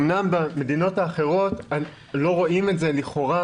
אמנם במדינות האחרות לא רואים את זה, לכאורה,